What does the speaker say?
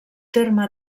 terme